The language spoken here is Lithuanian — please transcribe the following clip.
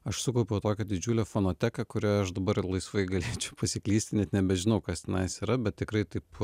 aš sukaupiau tokią didžiulę fonoteką kurią aš dabar laisvai galėčiau pasiklysti net nebežinau kas tenais yra bet tikrai taip